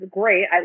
great